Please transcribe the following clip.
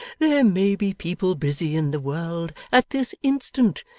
there may be people busy in the world, at this instant,